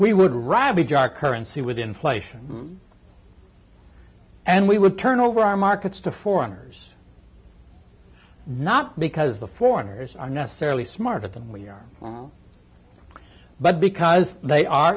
we would rather be jar currency with inflation and we would turn over our markets to foreigners not because the foreigners are necessarily smarter than we are but because they are